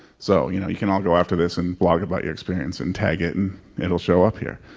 so you know you can all go after this and blog about your experience and tag it and it'll show up here.